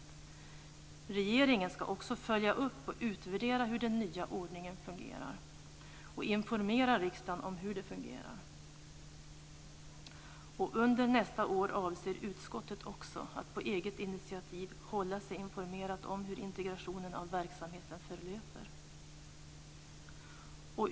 Regeringen ska också följa upp och utvärdera hur den nya ordningen fungerar och informera riksdagen om hur den fungerar. Under nästa år avser utskottet också att på eget initiativ hålla sig informerad om hur integrationen av verksamheten förlöper.